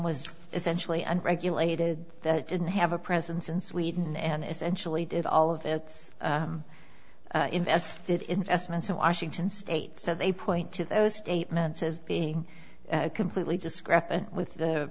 was essentially unregulated that didn't have a presence in sweden and essentially did all of its invested investments in washington state so they point to those statements as being completely discrepant with the